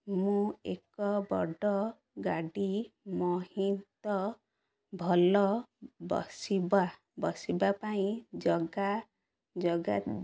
ମୁଁ ଏକ ବଡ଼ ଗାଡ଼ି ମହିତ ଭଲ ବସିବା ବସିବା ପାଇଁ ଜଗା ଜଗା